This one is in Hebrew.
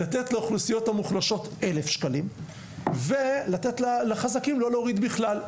לתת לאוכלוסיות המוחלשות 1,000 שקלים ולתת לחזקים לא להוריד בכלל.